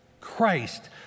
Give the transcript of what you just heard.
Christ